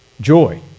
Joy